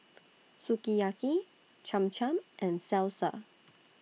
Sukiyaki Cham Cham and Salsa